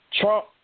Trump